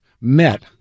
met